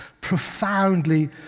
profoundly